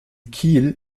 kiel